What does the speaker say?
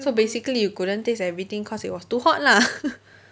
so basically you couldn't taste everything cause it was too hot lah